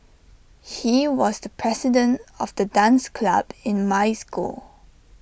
he was the president of the dance club in my school